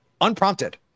unprompted